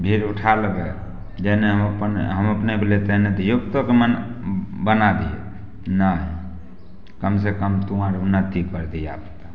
भीड़ उठा लबै जेहने हम अपने हम अपने भेलियै तेहने धियोपुतोके मन बना दियै नहि कमसँ कम तू उन्नति करतै धियापुता